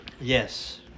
Yes